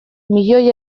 milioi